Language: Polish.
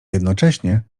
jednocześnie